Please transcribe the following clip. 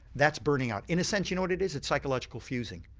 that's burning out, in a sense you know what it is, it's psychological fusing,